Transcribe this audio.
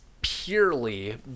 purely